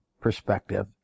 perspective